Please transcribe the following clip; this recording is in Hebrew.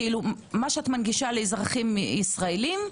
מה שאת מנגישה לאזרחים ישראלים,